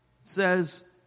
says